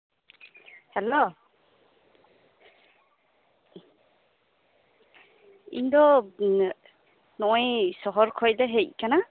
ᱤᱧ ᱫᱚ ᱥᱚᱦᱚᱨ ᱠᱷᱚᱡ ᱞᱮ ᱦᱮᱡ ᱟᱠᱟᱱᱟ ᱟᱹᱛᱩ ᱨᱮᱞᱮ ᱛᱟᱦᱮᱸᱱᱟ